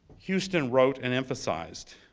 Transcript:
houston wrote and emphasized,